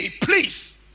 please